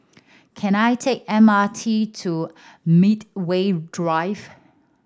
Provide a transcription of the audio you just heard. can I take M R T to Medway Drive